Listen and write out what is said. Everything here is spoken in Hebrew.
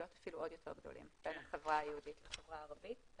אפילו עוד יותר גדולים בין החברה היהודית לחברה הערבית.